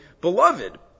beloved